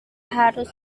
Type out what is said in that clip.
harus